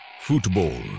football